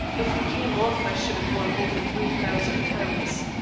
if it came off i should have won over three thousand pounds.